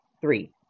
Three